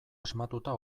asmatuta